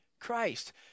Christ